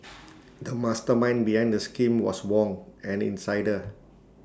the mastermind behind the scheme was Wong an insider